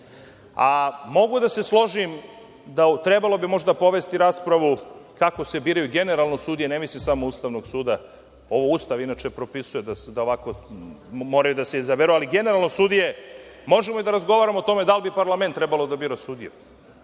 A, mogu da se složim da bi trebalo možda povesti raspravu kako se biraju generalno sudije, ne mislim samo Ustavnog suda, ovo Ustav inače propisuje da ovako moraju da se izaberu, ali generalno, možemo da razgovaramo o tome da li bi parlament trebalo da bira sudije.